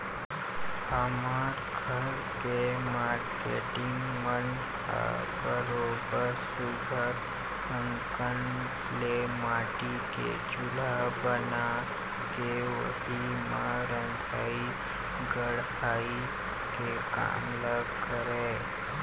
हमर घर के मारकेटिंग मन ह बरोबर सुग्घर अंकन ले माटी के चूल्हा बना के उही म रंधई गड़हई के काम ल करय